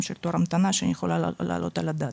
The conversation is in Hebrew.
של תור המתנה שאני יכולה להעלות על הדעת.